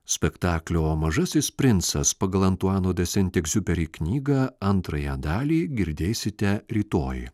spektaklio mažasis princas pagal antuano de sent egziuperi knygą antrąją dalį girdėsite rytoj